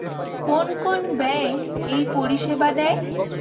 কোন কোন ব্যাঙ্ক এই পরিষেবা দেয়?